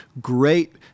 great